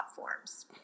platforms